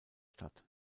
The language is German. stadt